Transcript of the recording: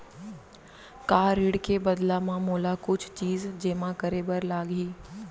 का ऋण के बदला म मोला कुछ चीज जेमा करे बर लागही?